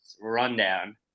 rundown